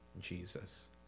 Jesus